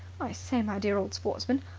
i say, my dear old sportsman,